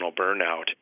burnout